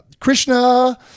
Krishna